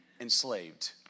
enslaved